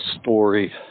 story